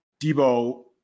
Debo